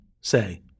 say